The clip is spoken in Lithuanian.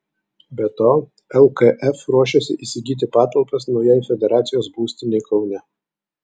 be to lkf ruošiasi įsigyti patalpas naujai federacijos būstinei kaune